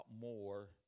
more